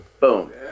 Boom